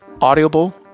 Audible